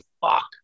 Fuck